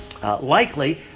Likely